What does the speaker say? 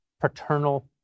paternal